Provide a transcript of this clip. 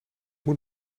moet